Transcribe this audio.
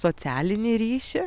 socialinį ryšį